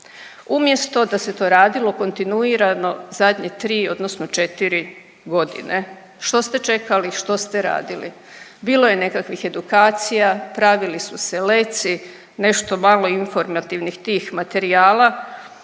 umjesto da se to radilo kontinuirano zadnje tri odnosno četiri godine. Što ste čekali? Što ste radili? Bilo je nekakvih edukacija, pravili su se letci, nešto malo i informativnih tih materijala